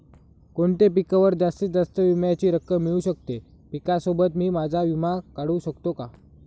कोणत्या पिकावर जास्तीत जास्त विम्याची रक्कम मिळू शकते? पिकासोबत मी माझा विमा काढू शकतो का?